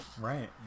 right